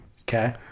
Okay